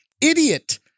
idiot